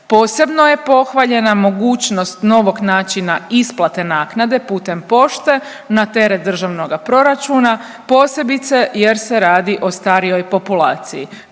Posebno je pohvaljena mogućnost novog načina isplate naknade putem pošte, na teret državnoga proračuna, posebice jer se radi o starijoj populaciji.